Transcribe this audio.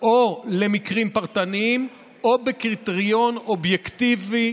או למקרים פרטניים או בקריטריון אובייקטיבי,